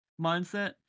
mindset